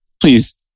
Please